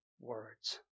words